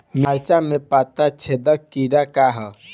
मिर्च में पता छेदक किट का है?